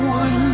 one